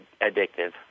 addictive